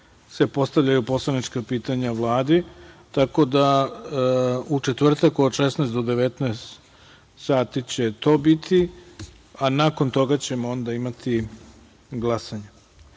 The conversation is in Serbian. se postavljaju poslanička pitanja Vladi, tako da u četvrtak od 16.00 do 19.00 sati će to biti, a nakon toga ćemo glasanje,